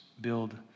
build